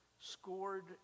scored